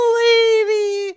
lady